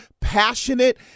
passionate